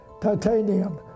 titanium